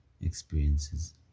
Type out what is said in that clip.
experiences